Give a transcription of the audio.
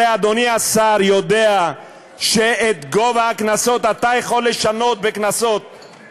הרי אדוני השר יודע שאת גובה הקנסות אתה יכול לשנות בתקנות.